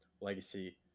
legacy